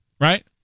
Right